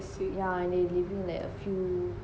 yeah they living like a few